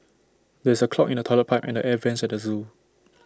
there is A clog in the Toilet Pipe and the air Vents at the Zoo